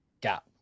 gap